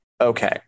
Okay